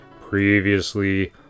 Previously